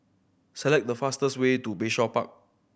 select the fastest way to Bayshore Park